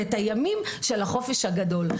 הימים של החופש הגדול.